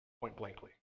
point-blankly